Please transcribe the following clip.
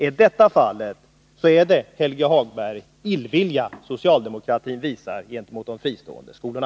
Om detta är fallet är det, Helge Hagberg, illvilja som socialdemokraterna visar gentemot de fristående skolorna.